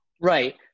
Right